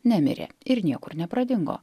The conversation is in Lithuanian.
nemirė ir niekur nepradingo